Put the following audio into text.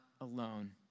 alone